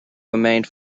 remained